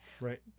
Right